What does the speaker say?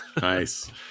Nice